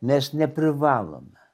mes neprivalome